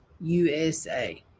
USA